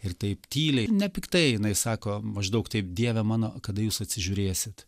ir taip tyliai nepiktai jinai sako maždaug taip dieve mano kada jūs atsižiūrėsit